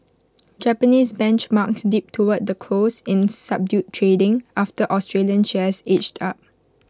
Japanese benchmarks dipped toward the close in subdued trading after Australian shares edged up